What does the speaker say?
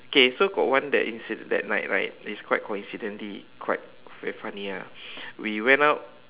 K so got one that incident that night right is quite coincidentally quite very funny ah we went out